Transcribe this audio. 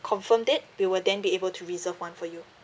confirmed it we will then be able to reserve one for you